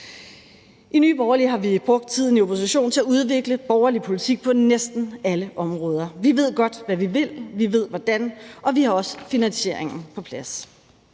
I Nye Borgerlige har vi brugt tiden i opposition til at udvikle borgerlig politik på næsten alle områder. Vi ved godt, hvad vi vil, vi ved hvordan, og vi har også finansieringen på plads.